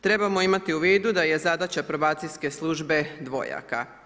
Trebamo imati u vidu da je zadaća probacijske službe dvojaka.